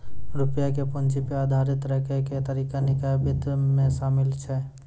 रुपया के पूंजी पे आधारित राखै के तरीका निकाय वित्त मे शामिल छै